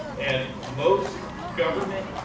and most government,